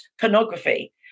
pornography